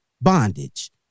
bondage